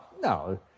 no